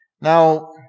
Now